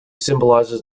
symbolizes